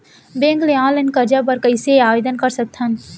Bank ले online करजा बर कइसे आवेदन कर सकथन?